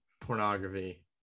pornography